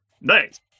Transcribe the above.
Nice